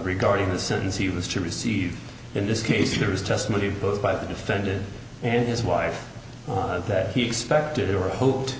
regarding the sentence he was to receive in this case there was testimony posed by the defendant and his wife that he expected or hoped